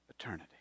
eternity